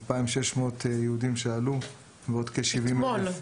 2,600 יהודים עלו ועוד כ-70 --- אתמול,